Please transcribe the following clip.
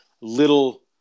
little